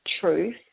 truth